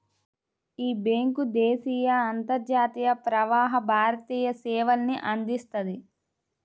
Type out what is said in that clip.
యీ బ్యేంకు దేశీయ, అంతర్జాతీయ, ప్రవాస భారతీయ సేవల్ని అందిస్తది